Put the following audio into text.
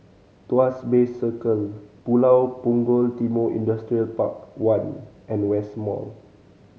Tuas Bay Circle Pulau Punggol Timor Industrial Park One and West Mall